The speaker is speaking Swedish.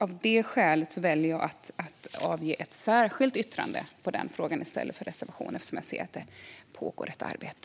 Av det skälet väljer jag att avge ett särskilt yttrande i den frågan i stället för en reservation - jag ser att det pågår ett arbete.